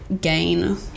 gain